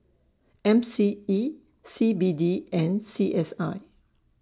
M C E C B D and C S I